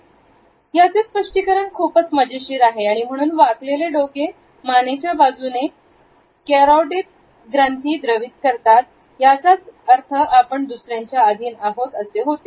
Refer Slide Time 3657 याचे स्पष्टीकरण खूपच मजेशीर आहे म्हणून वाकलेले डोके मानेच्या बाजूने कॅरोटिद ग्रंथी द्रवित करतात याचाच अर्थ आपण दुसऱ्यांच्या आधीन आहोत असे होते